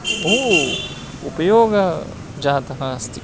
बहु उपयोगः जातः अस्ति